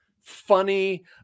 funny